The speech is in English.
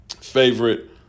favorite